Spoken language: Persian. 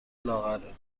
لاغره